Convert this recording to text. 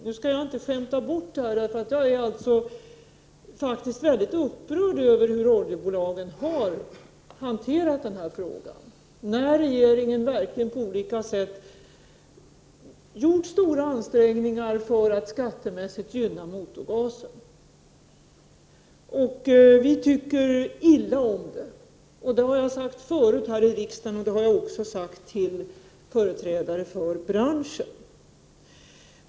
Nu skall jag inte skämta bort detta, för jag är faktiskt mycket upprörd över hur oljebolagen har hanterat den här frågan, när regeringen verkligen på olika sätt gjort stora ansträngningar för att skattemässigt gynna motorgasen. Vi tycker illa om det. Det har jag sagt förut här i riksdagen, och det har jag sagt även till företrädare för branschen.